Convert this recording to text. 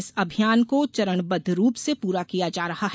इस अभियान को चरणबद्व रूप से पूरा किया जा रहा है